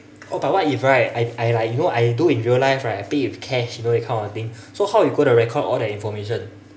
oh but what if right I I like you know I do in real life right I pay with cash you know that kind of thing so how you going to record all that information